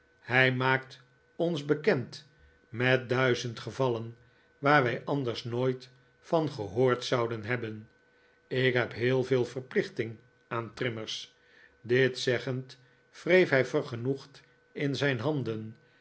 hij maakt ons bekend met duizend gevallen waar wij anders nooit van gehoord zouden hebben ik neb heel veel verplichting aan trimmers dit zeggend wreef hij vergenoegd in zijn handen